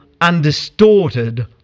undistorted